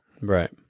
Right